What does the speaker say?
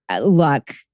look